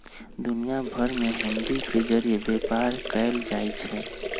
दुनिया भर में हुंडी के जरिये व्यापार कएल जाई छई